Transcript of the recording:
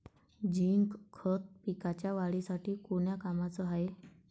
Zinc खत पिकाच्या वाढीसाठी कोन्या कामाचं हाये?